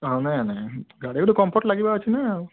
ହଁ ନାଇଁ ନାଇଁ ଗାଡ଼ି ଗୋଟିଏ କମ୍ଫର୍ଟ ଲାଗିବା ଅଛି ନା ଆଉ